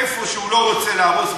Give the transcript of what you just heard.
איפה שהוא לא רוצה להרוס,